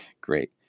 great